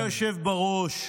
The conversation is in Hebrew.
אדוני היושב-ראש,